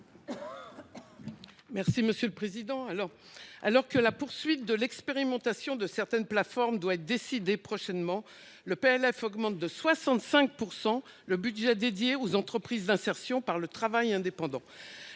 Mme Raymonde Poncet Monge. Alors que la poursuite de l’expérimentation de certaines plateformes doit être décidée prochainement, le présent texte augmente de 65 % le budget dédié aux entreprises d’insertion par le travail indépendant.